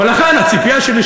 ולכן הציפייה שלי,